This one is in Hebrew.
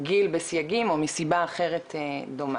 גיל בסייגים, או מסיבה אחרת דומה.